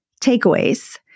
takeaways